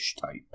type